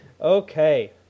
Okay